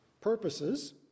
purposes